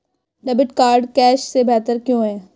Debit card cash से बेहतर क्यों है?